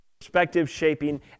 perspective-shaping